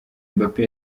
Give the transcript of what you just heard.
mbappe